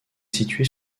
située